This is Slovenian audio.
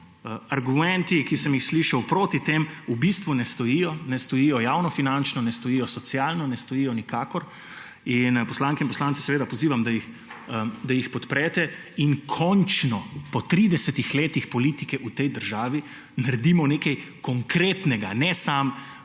argumenti, ki sem jih slišal proti temu, v bistvu ne stojijo, ne stojijo javnofinančno, ne stojijo socialno, ne stojijo nikakor. Poslanke in poslanci, pozivam, da jih podprete in končno po 30 letih politike v tej državi naredimo nekaj konkretnega. Ne samo